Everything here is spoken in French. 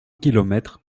kilomètre